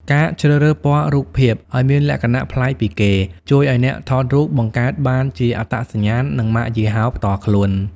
ការជ្រើសរើសពណ៌រូបភាព ឱ្យមានលក្ខណៈប្លែកពីគេ ជួយឱ្យអ្នកថតរូបបង្កើតបានជាអត្តសញ្ញាណ និងម៉ាកយីហោផ្ទាល់ខ្លួន។